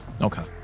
okay